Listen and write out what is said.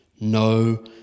No